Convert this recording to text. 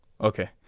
Okay